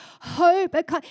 hope